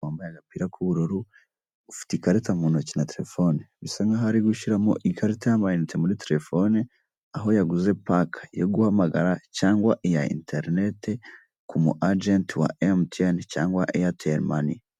Umuntu wambaye agapira k'ubururu, ufite ikarita mu ntoki na telefoni. Bisa nk'aho ari gushyiramo ikarita y'amayinite muri telefoni. Aho yaguze paki yo guhamagara cyangwa iya interineti, ku mu agenti wa emutiyeni cyangwa uwa eyateri mane.